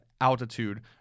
Altitude